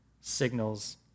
signals